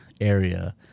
area